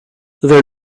they’re